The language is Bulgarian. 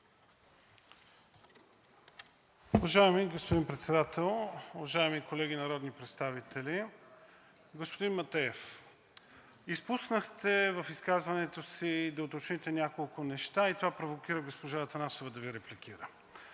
Уважаеми господин Председател, уважаеми колеги народни представители! Господин Матеев, изпуснахте в изказването си да уточните няколко неща и това провокира госпожа Атанасова да Ви репликира.